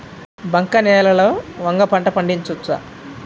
బంక నేలలో వంగ పంట పండించవచ్చా?